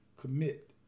commit